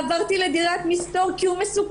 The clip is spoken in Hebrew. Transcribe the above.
עברתי לדירת מסתור כי הוא מסוכן.